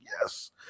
yes